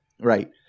right